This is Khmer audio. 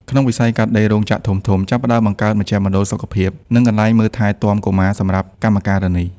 ក្នុងវិស័យ កាត់ដេរ រោងចក្រធំៗចាប់ផ្ដើមបង្កើតមណ្ឌលសុខភាព និងកន្លែងមើលថែទាំកុមារសម្រាប់កម្មការិនី។